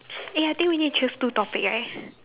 eh I think we need to choose two topic right